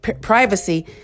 privacy